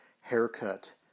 haircut